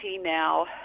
now